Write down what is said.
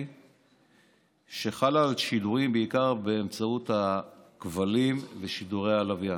שחלה בעיקר על שידורים באמצעות הכבלים ושידורי הלוויין.